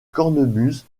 cornemuse